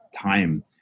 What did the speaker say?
time